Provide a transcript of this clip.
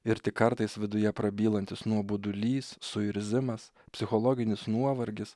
ir tik kartais viduje prabylantis nuobodulys suirzimas psichologinis nuovargis